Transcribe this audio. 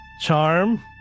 Charm